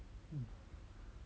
um